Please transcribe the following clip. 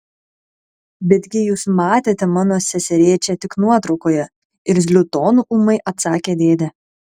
betgi jūs matėte mano seserėčią tik nuotraukoje irzliu tonu ūmai atsakė dėdė